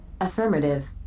Affirmative